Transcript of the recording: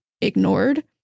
ignored